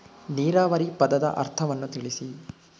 ನೀರಾವರಿ ಪದದ ಅರ್ಥವನ್ನು ತಿಳಿಸಿ?